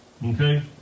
Okay